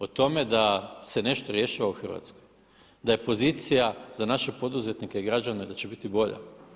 O tome da se nešto rješava u Hrvatskoj, da je pozicija za naše poduzetnike i građane da će biti bolja?